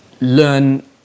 learn